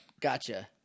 Gotcha